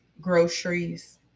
groceries